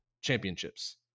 championships